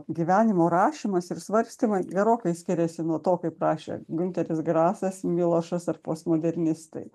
gyvenimo rašymas ir svarstymai gerokai skiriasi nuo to kaip rašė gunteris grasas milošas ar postmodernistai